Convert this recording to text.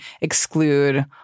exclude